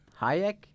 Hayek